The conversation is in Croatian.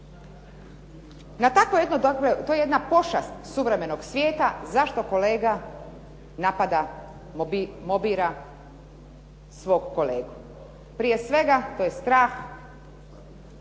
Na takvo jedno, dakle to je jedna pošast suvremenog svijeta zašto kolega napada mobira svog kolegu. Prije svega to je strah